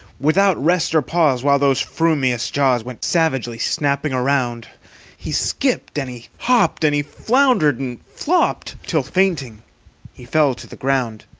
without rest or pause while those frumious jaws went savagely snapping around he skipped and he hopped, and he floundered and flopped, till fainting he fell to the ground.